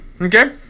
Okay